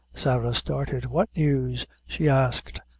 sarah started. what news, she asked,